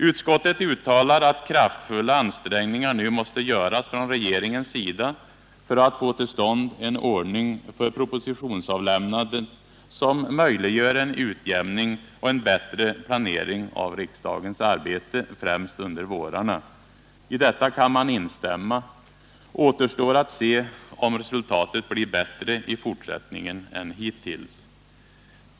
Utskottet uttalar att kraftfulla ansträngningar nu måste göras från regeringens sida för att få till stånd en ordning för propositionsavlämnandet som möjliggör en utjämning och en bättre planering av riksdagens arbete, främst under vårarna. I detta kan man instämma. Det återstår att se om resultatet blir bättre i fortsättningen än hittills.